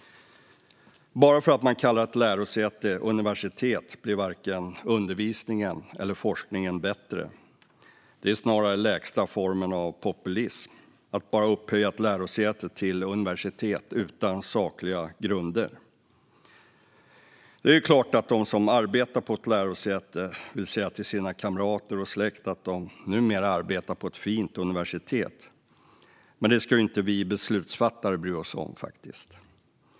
Bara för att man kallar ett lärosäte universitet blir varken undervisningen eller forskningen bättre. Det är snarare lägsta formen av populism att bara upphöja ett lärosäte till universitet utan sakliga grunder. Det är klart att de som arbetar på ett lärosäte vill säga till sina kamrater och sin släkt att de numera arbetar på ett fint universitet. Men det ska inte vi beslutsfattare bry oss om.